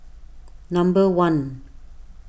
number one